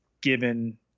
given